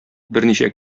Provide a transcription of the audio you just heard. берничә